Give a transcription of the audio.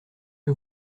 que